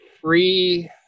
free